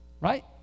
Right